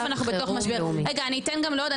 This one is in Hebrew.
אני אתן גם לעוד,